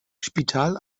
spital